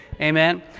Amen